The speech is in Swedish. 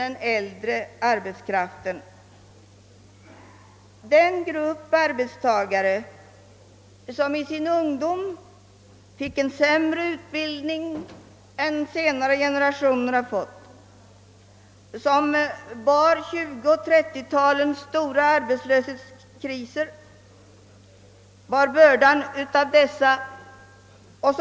De människorna tillhör den generation arbetstagare, som i sin ungdom fick sämre utbildning än senare generationer har fått, och de bar också bördan vid 1920 och 1930-talens stora arbetslöshetskriser.